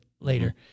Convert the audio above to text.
later